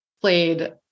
played